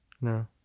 No